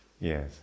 Yes